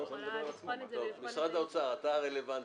משרד האוצר, בבקשה.